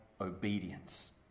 obedience